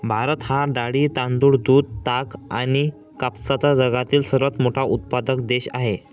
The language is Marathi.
भारत हा डाळी, तांदूळ, दूध, ताग आणि कापसाचा जगातील सर्वात मोठा उत्पादक देश आहे